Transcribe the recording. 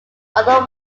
other